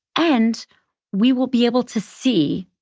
and we will be able to see,